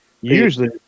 Usually